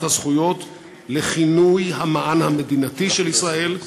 הזכויות לכינוי המען המדינתי של ישראל?